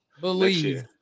Believe